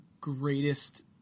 greatest